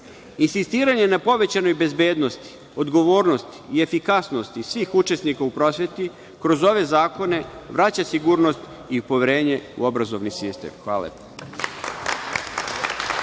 Insistiranje na povećanoj bezbednosti, odgovornosti i efikasnosti svih učesnika u prosveti, kroz ove zakone, vraća sigurnost i poverenje u obrazovni sistem. Hvala